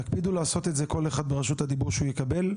תקפידו לעשות את זה כל אחד ברשות הדיבור שהוא יקבל.